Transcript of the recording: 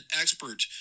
expert